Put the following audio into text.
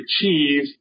achieve